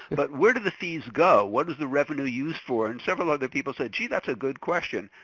but where do the fees go? what is the revenue used for? and several other people said, gee that's a good question.